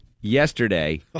yesterday